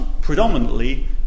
predominantly